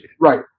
Right